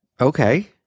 Okay